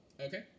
Okay